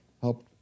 help